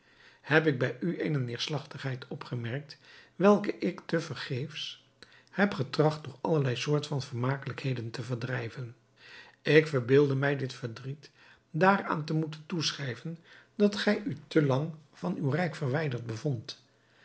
heb ik bij u eene neêrslagtigheid opgemerkt welke ik te vergeefs heb getracht door allerlei soort van vermakelijkheden te verdrijven ik verbeeldde mij dit verdriet daaraan te moeten toeschrijven dat gij u te lang van uw rijk verwijderd bevondt